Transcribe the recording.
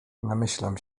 namyślam